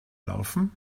laufen